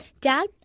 Dad